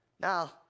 Now